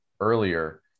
earlier